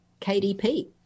KDP